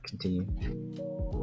continue